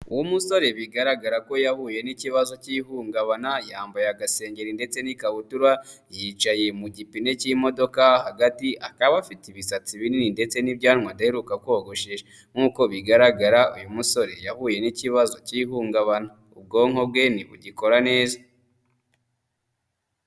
Umusore bigaragara ko yahuye n'ikibazo cy'ihungabana, yambaye agasengeri ndetse n'ikabutura, yicaye mu gipe cy'imodoka hagati, akaba afite ibisatsi binini ndetse n'ibyanwa adaheruka kogoshesha. Nk'uko bigaragara uyu musore yahuye n'ikibazo cy'ihungabana. Ubwonko bwe ntibugikora neza.